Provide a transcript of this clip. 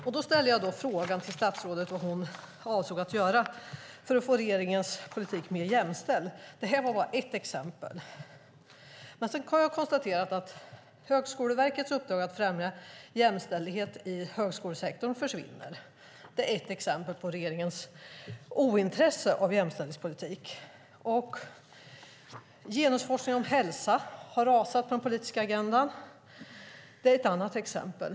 Jag ställde frågan till statsrådet vad hon avser att göra för att få regeringens politik mer jämställd. Detta var bara ett exempel. Jag har också konstaterat att Högskoleverkets uppdrag att främja jämställdhet i högskolesektorn försvinner. Det är ännu ett exempel på regeringens ointresse för jämställdhetspolitik. Att genusforskning om hälsa har rasat på den politiska agendan är ett annat exempel.